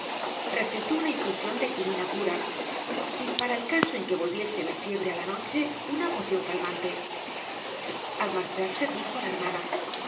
recetó una infusion de quinina pura y para el caso en que volviese la fiebre á la noche una pocion calmante al marcharse dijo á la hermana